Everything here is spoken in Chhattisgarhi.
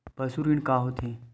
पशु ऋण का होथे?